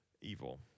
evil